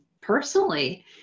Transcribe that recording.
personally